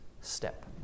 step